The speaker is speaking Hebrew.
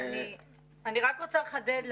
אני רק רוצה לחדד,